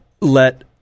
let